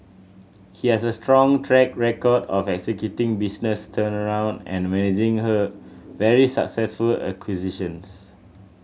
he has a strong track record of executing business turnaround and managing her very successful acquisitions